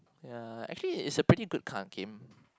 ya actually it's a pretty good kind of game